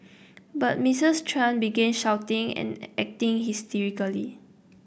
but Mistress Tran began shouting and acting hysterically